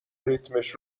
ریتمش